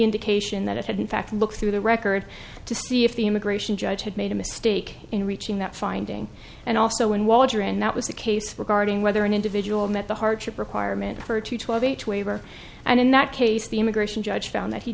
indication that it had in fact look through the record to see if the immigration judge had made a mistake in reaching that finding and also in water and that was the case regarding whether an individual met the hardship requirement for two twelve h waiver and in that case the immigration judge found that he